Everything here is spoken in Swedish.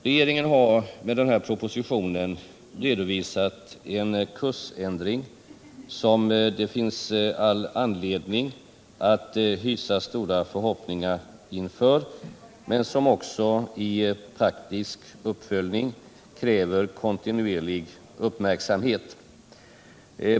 Regeringen har med den här propositionen redovisat en kursändring som det finns all anledning att hysa stora förhoppningar inför men som också i praktisk uppföljning kräver kontinuerlig uppmärksamhet.